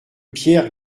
pierre